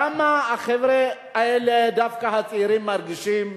למה החבר'ה האלה, דווקא הצעירים, מרגישים